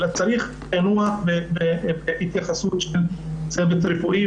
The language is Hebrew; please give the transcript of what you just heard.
אלא צריך לנוע בהתייחסות של צוות רפואי,